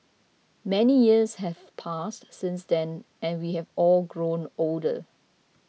many years have passed since then and we have all grown older